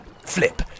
Flip